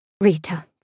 Rita